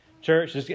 Church